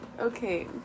okay